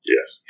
Yes